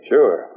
Sure